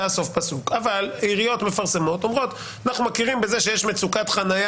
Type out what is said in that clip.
אבל העיריות מפרסמות ואומרות: אנחנו מכירים בזה שיש מצוקת חניה